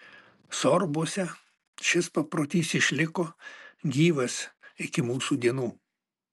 sorbuose šis paprotys išliko gyvas iki mūsų dienų